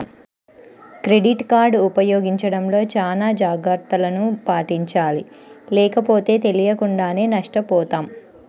credit card ఉపయోగించడంలో చానా జాగర్తలను పాటించాలి లేకపోతే తెలియకుండానే నష్టపోతాం